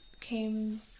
came